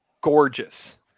gorgeous